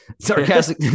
Sarcastic